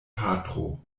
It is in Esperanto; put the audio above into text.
patro